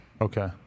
okay